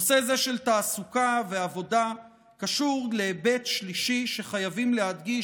נושא זה של תעסוקה ועבודה קשור להיבט שלישי שחייבים להדגיש,